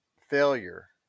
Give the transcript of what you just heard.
failure